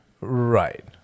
right